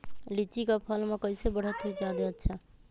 लिचि क फल म कईसे बढ़त होई जादे अच्छा?